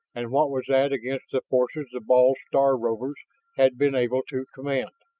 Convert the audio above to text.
and what was that against the forces the bald star rovers had been able to command?